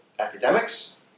academics